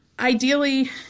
ideally